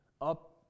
up